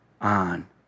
on